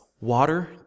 water